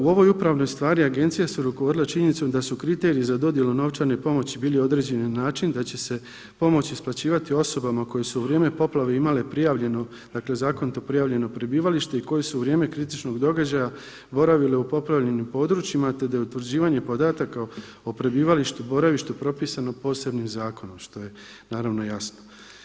U ovoj upravnom stvari agencija se rukovodila činjenicom da su kriteriji za dodjelom novčane pomoći bili određeni na način da će se pomoć isplaćivati osobama koje su u vrijeme poplave imale prijavljeno, dakle zakonito prijavljen prebivalište i koje su u vrijeme kritičnog događaja boravile u poplavljenim područjima, te da je utvrđivanje podataka o prebivalištu, boravištu propisano posebnim zakonom, što je naravno jasno.